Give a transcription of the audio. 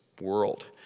world